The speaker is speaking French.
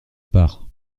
part